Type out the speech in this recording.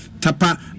tapa